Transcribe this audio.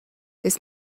this